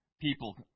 people